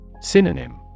Synonym